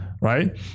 right